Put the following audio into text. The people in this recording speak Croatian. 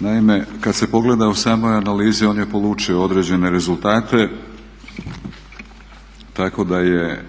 Naime, kada se pogleda u samoj analizi on je polučio određene rezultat, tako da je